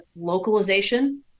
localization